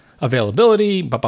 availability